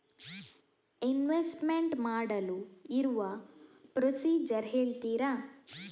Investment ಮಾಡಲು ಇರುವ procedure ಹೇಳ್ತೀರಾ?